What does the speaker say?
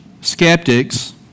skeptics